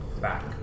back